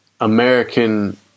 American